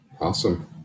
Awesome